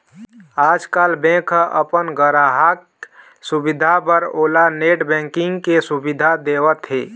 आजकाल बेंक ह अपन गराहक के सुबिधा बर ओला नेट बैंकिंग के सुबिधा देवत हे